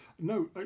no